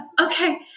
Okay